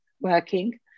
working